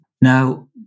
Now